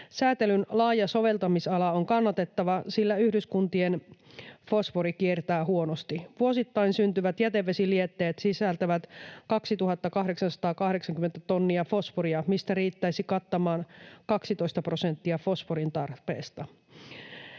Säätelyn laaja soveltamisala on kannatettava, sillä yhdyskuntien fosfori kiertää huonosti. Vuosittain syntyvät jätevesilietteet sisältävät 2 880 tonnia fosforia, mikä riittäisi kattamaan 12 prosenttia fosforin tarpeesta.